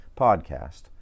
podcast